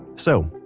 so,